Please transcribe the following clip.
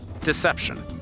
deception